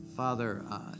Father